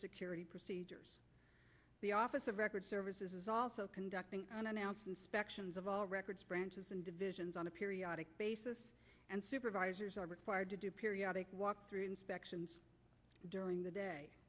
security the office of record services is also conducting an announced inspections of all records branches and divisions on a periodic basis and supervisors are required to do periodic walk through inspections during the day